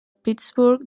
pittsburgh